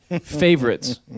favorites